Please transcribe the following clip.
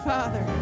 Father